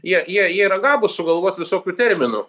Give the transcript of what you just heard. jie jie jie yra gabūs sugalvot visokių terminų